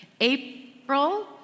April